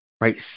right